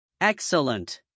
Excellent